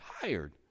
tired